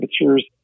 temperatures